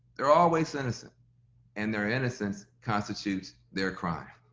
they're always innocent and their innocence constitutes their crime.